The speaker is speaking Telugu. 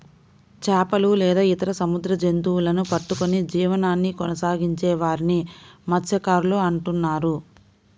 చేపలు లేదా ఇతర సముద్ర జంతువులను పట్టుకొని జీవనాన్ని కొనసాగించే వారిని మత్య్సకారులు అంటున్నారు